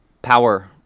Power